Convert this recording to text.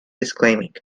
disclaiming